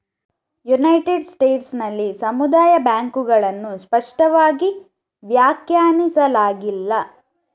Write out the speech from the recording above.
United States ನಲ್ಲಿ ಸಮುದಾಯ ಬ್ಯಾಂಕುಗಳನ್ನು ಸ್ಪಷ್ಟವಾಗಿ ವ್ಯಾಖ್ಯಾನಿಸಲಾಗಿಲ್ಲ